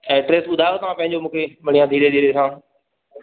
address ॿुधायो तव्हां पंहिंजो मूंखे बढ़िया धीरे धीरे सां